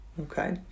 Okay